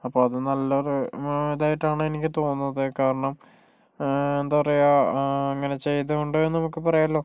അപ്പൊൾ അത് നല്ലൊരു ഇതായിട്ടാണ് എനിക്ക് തോന്നുന്നത് കാരണം എന്താ പറയുക അങ്ങനെ ചെയ്തതുകൊണ്ടെന്ന് നമുക്ക് പറയാലോ